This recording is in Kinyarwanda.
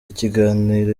ikiganiro